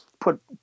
Put